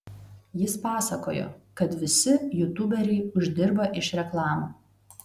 jis pasakojo kad visi jutuberiai uždirba iš reklamų